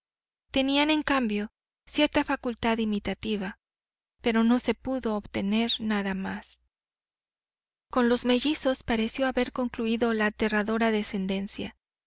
tenían en cambio cierta facultad imitativa pero no se pudo obtener nada más con los mellizos pareció haber concluído la aterradora descendencia